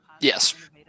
Yes